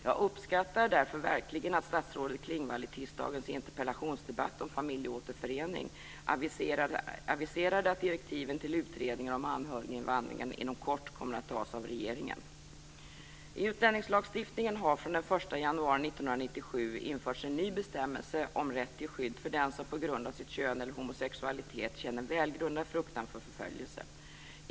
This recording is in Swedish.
Jag uppskattar därför verkligen att statsrådet Klingvall i tisdagens interpellationsdebatt om familjåterförening aviserade att direktiven till utredningen om anhöriginvandringen inom kort kommer att tas av regeringen. 1997 en ny bestämmelse om rätt till skydd för den som "på grund av sitt kön eller homosexualitet känner välgrundad fruktan för förföljelse".